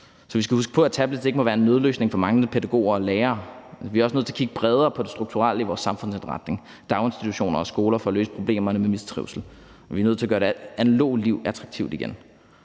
så vi skal huske på, at tablets ikke må være en nødløsning, der træder i stedet for manglende pædagoger og lærere. Vi er også nødt til at kigge bredere på det strukturelle i vores samfundsindretning, daginstitutioner og skoler for at løse problemerne med mistrivsel. Og vi er nødt til at gøre det analoge liv attraktivt igen.